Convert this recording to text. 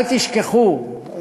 אל תשכחו,